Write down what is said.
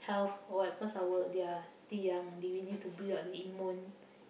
health or what because our they are still young they need to build up their immune